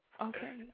Okay